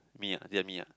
me ah is that me ah